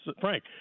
Frank